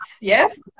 Yes